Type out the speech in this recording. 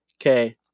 Okay